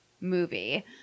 movie